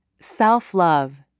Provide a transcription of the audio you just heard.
Self-Love